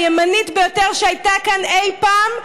הימנית ביותר שהייתה כאן אי פעם,